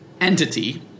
entity